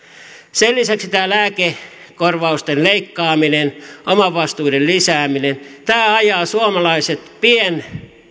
sen lisäksi tämä lääkekorvausten leikkaaminen omavastuiden lisääminen ajaa suomalaiset